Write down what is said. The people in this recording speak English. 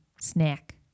snack